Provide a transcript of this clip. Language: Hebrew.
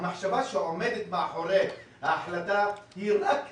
המחשבה שעומדת מאחורי ההחלטה היא רק עסקית,